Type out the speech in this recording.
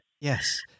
Yes